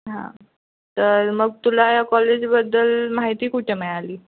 हां तर मग तुला या कॉलेजबद्दल माहिती कुठे मिळाली